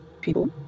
people